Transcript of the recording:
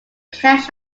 cash